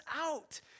out